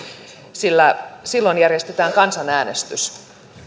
sillä silloin järjestetään kansanäänestys